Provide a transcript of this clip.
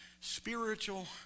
spiritual